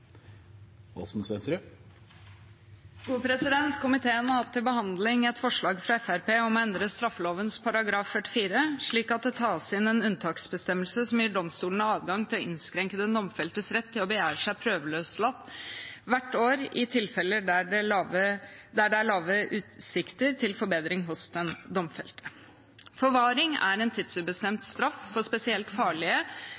Komiteen har hatt til behandling et forslag fra Fremskrittspartiet om å endre straffeloven § 44 slik at det tas inn en unntaksbestemmelse som gir domstolene adgang til å innskrenke den domfeltes rett til å begjære seg prøveløslatt hvert år, i tilfeller der det er lave utsikter til forbedring hos den domfelte. Forvaring er en